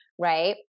right